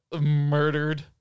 murdered